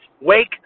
Wake